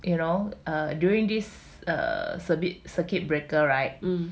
um